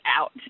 out